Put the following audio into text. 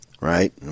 right